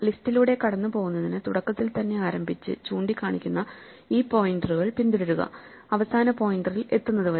ലിസ്റ്റിലൂടെ കടന്നുപോകുന്നതിന് തുടക്കത്തിൽ തന്നെ ആരംഭിച്ച് ചൂണ്ടിക്കാണിക്കുന്ന ഈ പോയിന്ററുകൾ പിന്തുടരുക അവസാന പോയിന്ററിൽ എത്തുന്നതുവരെ